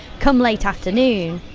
come late afternoon,